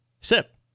Sip